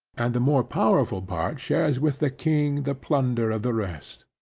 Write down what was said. and the more powerful part shares with the king the plunder of the rest.